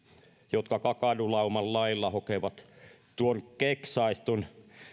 jotka kakadulauman lailla hokevat tuon keksaistun